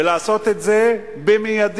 ולעשות את זה במיידי.